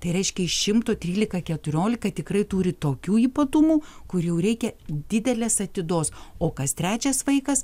tai reiškia iš šimto trylika keturiolika tikrai turi tokių ypatumų kur jau reikia didelės atidos o kas trečias vaikas